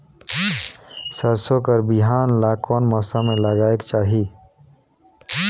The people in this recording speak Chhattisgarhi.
सरसो कर बिहान ला कोन मौसम मे लगायेक चाही?